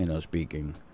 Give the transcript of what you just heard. speaking